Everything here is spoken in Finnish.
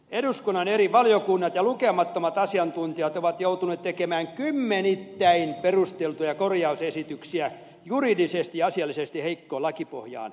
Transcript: eduskunnan eri valiokunnat ja lukemattomat asiantuntijat ovat joutuneet tekemään kymmenittäin perusteltuja korjausesityksiä juridisesti ja asiallisesti heikkoon lakipohjaan